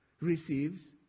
receives